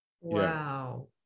Wow